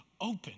open